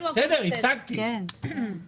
תשובה אחת היא לגבי המערכות של רשות